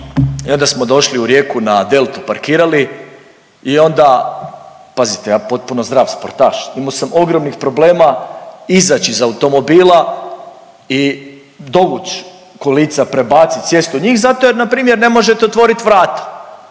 i onda smo došli u Rijeku na Deltu parkirali i onda pazite ja potpuno zdrav sportaš imao sam ogromnih problema izaći iz automobila i dovući kolica, prebacit sjest u njih, zato jer na primjer ne možete otvoriti vrata